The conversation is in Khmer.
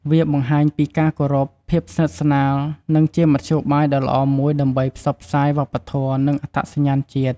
វាបង្ហាញពី ការគោរព ភាពស្និទ្ធស្នាល និងជាមធ្យោបាយដ៏ល្អមួយដើម្បីផ្សព្វផ្សាយ វប្បធម៌ និងអត្តសញ្ញាណជាតិ។